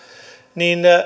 niin